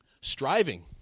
striving